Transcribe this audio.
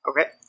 Okay